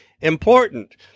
important